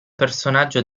personaggio